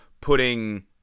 putting